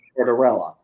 tortorella